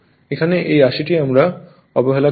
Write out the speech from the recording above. এখানে এই রাশিটি আমরা অবহেলা করব